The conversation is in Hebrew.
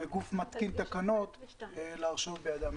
וגוף מתקין תקנות להרשות בידם.